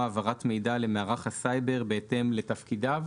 העברת מידע למערך הסייבר בהתאם לתפקידיו".